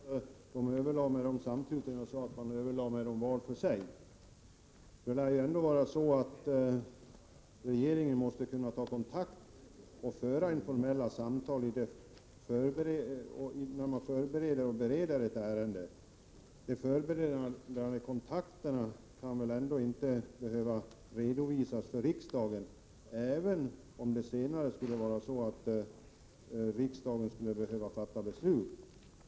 Fru talman! Jag vill rätta till det sista Bengt Kindbom sade. Jag sade inte att regeringen hade överlagt samtidigt med de här organisationerna, utan jag sade att man överlade med dem var för sig. Regeringen måste kunna ta kontakter och föra informella samtal när man förbereder och bereder ett ärende. De förberedande kontakterna kan väl ändock inte behöva redovisas för riksdagen, även om riksdagen senare skulle behöva fatta beslut.